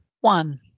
One